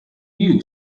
you